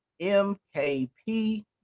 MKP